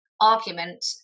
argument